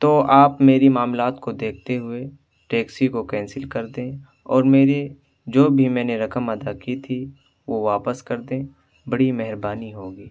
تو آپ میری معاملات کو دیکھتے ہوئے ٹیکسی کو کینسل کر دیں اور میرے جو بھی میں نے رقم ادا کی تھی وہ واپس کر دیں بڑی مہربانی ہوگی